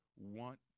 want